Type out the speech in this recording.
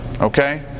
Okay